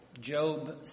Job